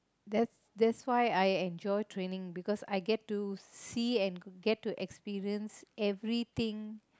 that that's why I enjoy training because I get to see and get to experience everything